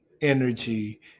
energy